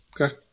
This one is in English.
Okay